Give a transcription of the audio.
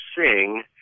sing